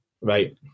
Right